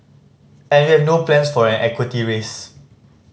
and we have no plans for an equity raise